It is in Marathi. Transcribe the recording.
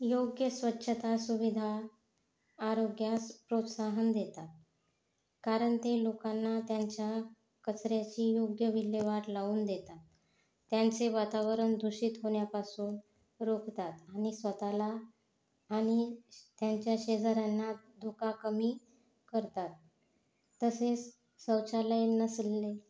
योग्य स्वच्छता सुविधा आरोग्यास प्रोत्साहन देतात कारण ते लोकांना त्यांच्या कचऱ्याची योग्य विल्हेवाट लावून देतात त्यांचे वातावरण दूषित होण्यापासून रोखतात आणि स्वतःला आणि त्यांच्या शेजाऱ्यांना धोका कमी करतात तसेच शौचालय नसले